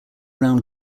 round